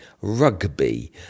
Rugby